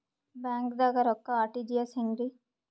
ಬ್ಯಾಂಕ್ದಾಗ ರೊಕ್ಕ ಆರ್.ಟಿ.ಜಿ.ಎಸ್ ಹೆಂಗ್ರಿ?